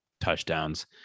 touchdowns